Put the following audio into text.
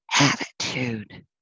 attitude